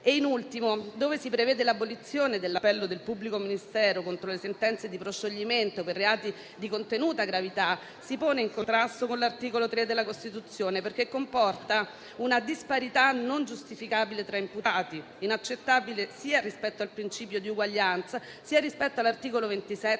In ultimo, nel prevedere l'abolizione dell'appello del pubblico ministero contro le sentenze di proscioglimento per reati di contenuta gravità, il disegno di legge si pone in contrasto con l'articolo 3 della Costituzione, perché comporta una disparità non giustificabile tra imputati, inaccettabile sia rispetto al principio di uguaglianza, sia rispetto all'articolo 27,